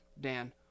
Dan